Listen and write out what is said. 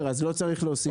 אז לא צריך להוסיף את זה.